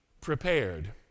prepared